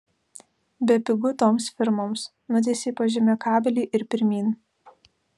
bepigu toms firmoms nutiesei po žeme kabelį ir pirmyn